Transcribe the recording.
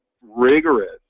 rigorous